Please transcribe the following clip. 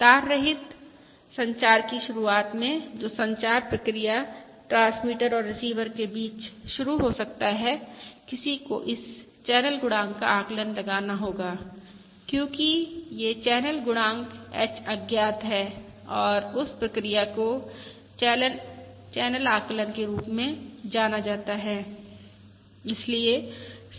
तार रहित संचार की शुरुआत में जो संचार प्रक्रिया ट्रांसमीटर और रिसीवर के बीच शुरू हो सकता है किसी को इस चैनल गुणांक का आकलन लगाना होगा क्योंकि यह चैनल गुणांक h अज्ञात है और उस प्रक्रिया को चैनल आकलन के रूप में जाना जाता है